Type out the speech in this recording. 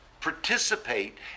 participate